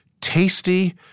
tasty